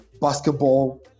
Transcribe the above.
basketball